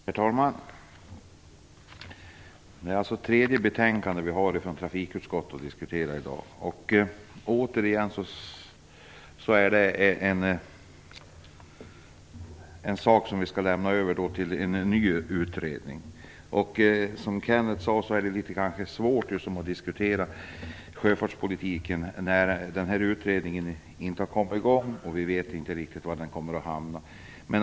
Herr talman! Detta är det tredje betänkandet från trafikutskottet som vi diskuterar i dag. Återigen skall vi lämna över ett ärende till en ny utredning. Som Kenth Skårvik sade är det litet svårt att diskutera sjöfartspolitiken när utredningen inte har kommit i gång. Vi vet inte riktigt var den kommer att hamna.